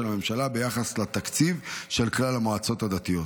הממשלה ביחס לתקציב של כלל המועצות הדתיות.